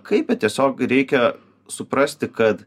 kaip ją tiesiog reikia suprasti kad